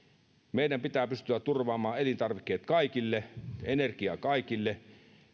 meidän pitää pystyä turvaamaan elintarvikkeet kaikille energia kaikille